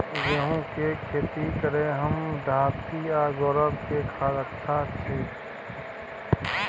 गेहूं के खेती करे में देहाती आ गोबर के खाद अच्छा छी?